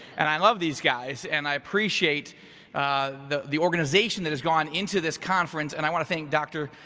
and i love these guys, and i appreciate the the organization that has gone into this conference. and i wanna to thank dr.